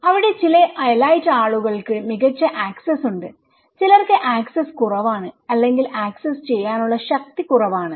അവിടെ ചില എലൈറ്റ് ആളുകൾക്ക് മികച്ച ആക്സസ് ഉണ്ട് ചിലർക്ക് ആക്സസ്സ് കുറവാണ് അല്ലെങ്കിൽ ആക്സസ് ചെയ്യാനുള്ള ശക്തി കുറവാണ്